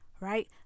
right